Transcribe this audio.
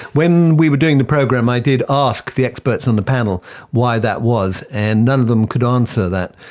when we were doing the program i did ask the experts on the panel why that was and none of them could answer that.